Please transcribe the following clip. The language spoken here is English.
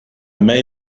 may